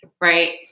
Right